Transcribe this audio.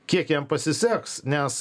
kiek jam pasiseks nes